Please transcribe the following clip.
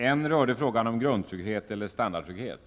En fråga rörde grundtrygghet eller standardtrygghet.